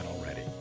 already